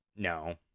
No